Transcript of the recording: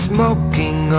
Smoking